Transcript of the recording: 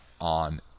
on